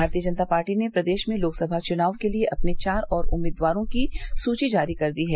भारतीय जनता पार्टी ने प्रदेश में लोकसभा चुनाव के लिए अपने चार और उम्मीदवारों की सूची जारी कर दी है